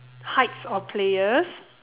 heights of players